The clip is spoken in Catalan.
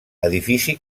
edifici